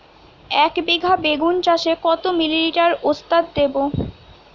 একবিঘা বেগুন চাষে কত মিলি লিটার ওস্তাদ দেবো?